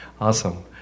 awesome